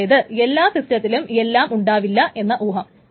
അതായത് എല്ലാ സിസ്റ്റത്തിലും എല്ലാം ഉണ്ടാവില്ല എന്ന ഊഹം